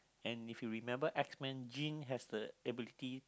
and if you remember X Men Jean has the ability